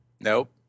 Nope